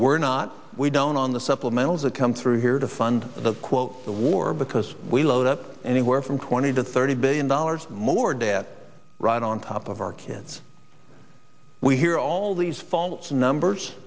we're not we don't on the supplementals that come through here to fund the quote the war because we load up anywhere from twenty to thirty billion dollars more debt right on top of our kids we hear all these faults in numbers